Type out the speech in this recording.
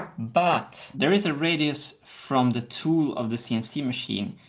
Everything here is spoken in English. but there is a radius from the tool of the cnc machine,